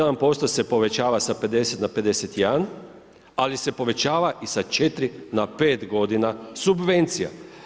1% se povećava sa 50 na 51, ali se povećava i sa 4 na 5 godina subvencija.